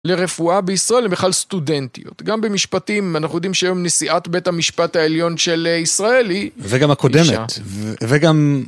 לרפואה בישראל ובכלל סטודנטיות. גם במשפטים, אנחנו יודעים שהיום נשיאת בית המשפט העליון של ישראל היא... וגם הקודמת, וגם...